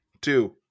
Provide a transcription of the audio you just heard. two